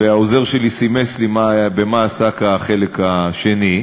והעוזר שלי סימס לי במה עסק החלק השני,